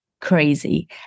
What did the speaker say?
crazy